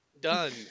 Done